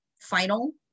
final